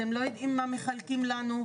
אתם לא יודעים מה מחלקים לנו,